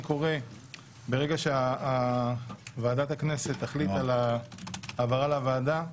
ברגע שוועדת הכנסת תחליט על העברה לוועדה,